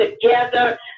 together